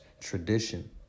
tradition